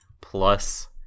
plus